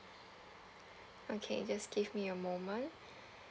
okay just give me a moment